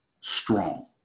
strong